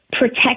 protect